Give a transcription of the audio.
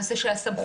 הנושא של הסמכויות,